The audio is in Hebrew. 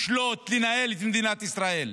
לשלוט, לנהל את מדינת ישראל,